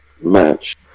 match